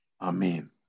Amen